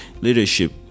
leadership